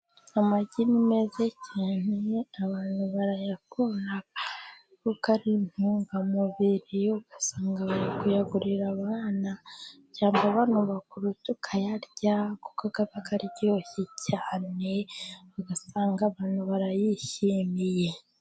Amagi ni meza cyane abantu barayakunda kuko ari intungamubiri, ugasanga bari kuyagurira abana, cyangwa abantu bakuru tukayarya kuko aba aryoshye cyane, ugasanga abantu barayishimiye.